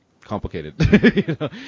complicated